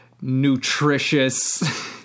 nutritious